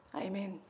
Amen